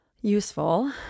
useful